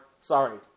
Sorry